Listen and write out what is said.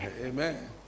Amen